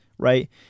right